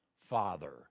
Father